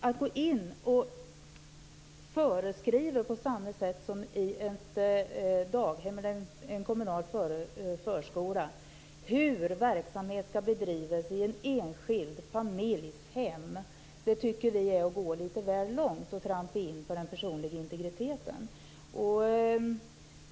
Att på samma sätt som i ett daghem eller en kommunal förskola gå in och föreskriva hur verksamhet skall bedrivas i en enskild familjs hem tycker vi är att gå litet väl långt. Då trampar man in på den personliga integriteten.